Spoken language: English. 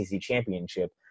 championship